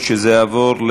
הממשלה מבקשת שזה יעבור,